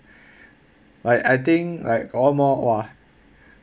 like I think like got one more !wah!